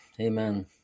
Amen